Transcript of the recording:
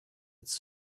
its